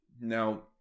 Now